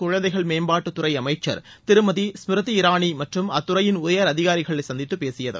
குழந்தைகள் மேம்பாட்டுத்துறை அமைச்சர் திரு ஸ்மிருதி இரானி மற்றும் அத்துறையின் உயர் அதிகாரிகளை சந்தித்துப் பேசியது